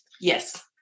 Yes